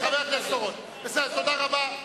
חבר הכנסת אורון, תודה רבה.